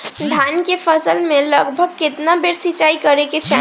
धान के फसल मे लगभग केतना बेर सिचाई करे के चाही?